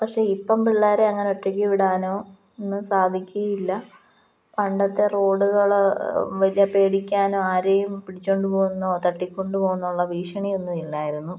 പക്ഷെ ഇപ്പോള് പിള്ളേരെ അങ്ങനെ ഒറ്റയ്ക്കു വിടാനോ ഒന്നും സാധിക്കുകയില്ല പണ്ടത്തെ റോഡുകള് വലിയ പേടിക്കാനോ ആരെയും പിടിച്ചുകൊണ്ടുപോകുമെന്നോ തട്ടിക്കൊണ്ടു പോകുമെന്നുള്ള ഭീഷണിയൊന്നും ഇല്ലായിരുന്നു